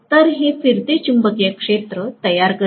तर हे फिरते चुंबकीय क्षेत्र तयार करते